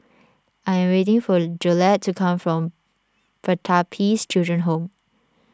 I am waiting for Jolette to come from Pertapis Children Home